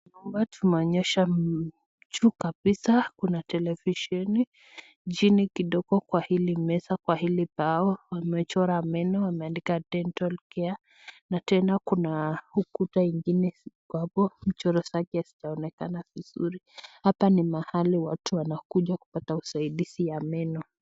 Hapa tumuonyeshwa ni juu kabisa, kuna televisheni. Chini kidogo kwa hili meza kwa hili bao wamechora meno, wameandika dental care na tena kuna ukuta ingine iko apo mchoro zake haijaonekana vizuri. Hapa ni mahali watu wanakuja kupata usaidizi ya meno.